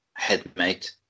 headmate